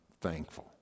thankful